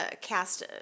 cast